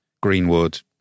Greenwood